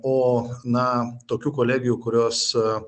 o na tokių kolegijų kuriose